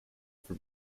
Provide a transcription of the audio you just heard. for